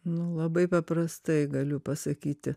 nu labai paprastai galiu pasakyti